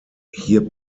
hier